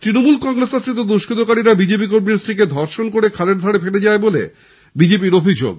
তৃণমূল কংগ্রেস আশ্রিত দুষ্কৃতীরা বিজেপি কর্মীর স্ত্রীকে ধর্ষণ করে খালের জলে ফেলে যায় বলে বিজেপি র অভিযোগ